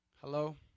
Hello